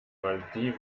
malediven